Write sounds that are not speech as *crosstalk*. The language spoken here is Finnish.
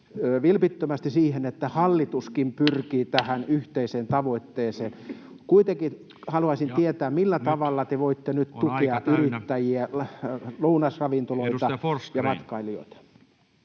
vilpittömästi siihen, että hallituskin pyrkii tähän yhteiseen tavoitteeseen. *noise* Kuitenkin haluaisin tietää: millä tavalla te voitte nyt tukea yrittäjiä, lounasravintoloita ja matkailijoita?